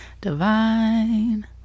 divine